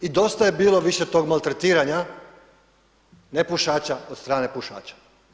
I dosta je bilo više tog maltretiranja nepušača od strane pušača.